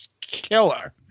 killer